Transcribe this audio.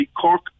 Cork